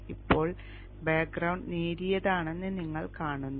ഇപ്പോൾ ബാക്ക്ഗ്രൌണ്ട് നേരിയതാണെന്ന് നിങ്ങൾ കാണുന്നു